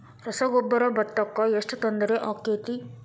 ರಸಗೊಬ್ಬರ, ಭತ್ತಕ್ಕ ಎಷ್ಟ ತೊಂದರೆ ಆಕ್ಕೆತಿ?